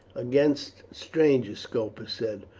against strangers, scopus said.